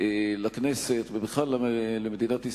לכנסת ובכלל למדינת ישראל: